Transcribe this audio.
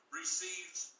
receives